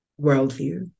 worldview